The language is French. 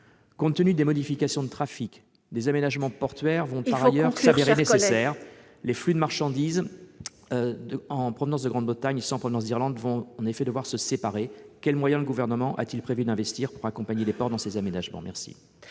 Compte tenu des modifications de trafic, des aménagements portuaires vont par ailleurs être nécessaires. Il faut conclure, cher collègue ! Les flux de marchandises en provenance de Grande-Bretagne et ceux qui proviennent d'Irlande vont en effet devoir être séparés. Quels moyens le Gouvernement a-t-il prévu d'investir pour accompagner les ports dans ces aménagements ?